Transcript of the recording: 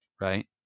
right